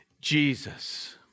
Jesus